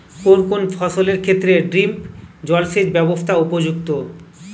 কোন কোন ফসলের ক্ষেত্রে ড্রিপ জলসেচ ব্যবস্থা উপযুক্ত?